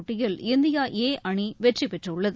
போட்டியில் India A அணி வெற்றிபெற்றுள்ளது